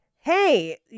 hey